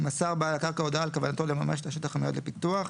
מסר בעל הקרקע הודעה על כוונתו לממש את השטח המיועד לפיתוח,